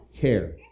care